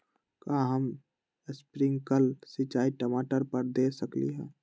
का हम स्प्रिंकल सिंचाई टमाटर पर दे सकली ह?